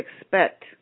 expect